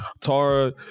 tara